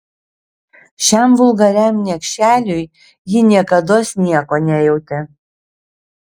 šiam vulgariam niekšeliui ji niekados nieko nejautė